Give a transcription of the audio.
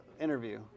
interview